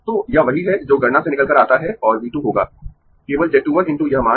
तो यह वही है जो गणना से निकल कर आता है और V 2 होगा केवल Z 2 1 × यह मान